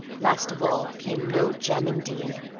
last of all came no gem, indeed,